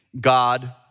God